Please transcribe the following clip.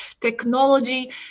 technology